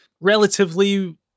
relatively